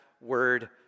word